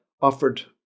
offered